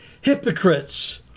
Hypocrites